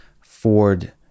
Ford